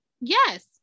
Yes